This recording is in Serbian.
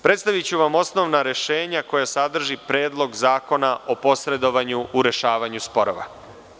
Predstaviću vam osnovna rešenja koja sadrži Predlog zakona o posredovanju u rešavanju sporova.